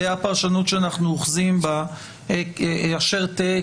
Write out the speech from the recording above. תהיה הפרשנות שאנחנו אוחזים בה אשר תהא,